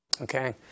Okay